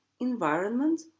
environment